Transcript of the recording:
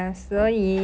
mmhmm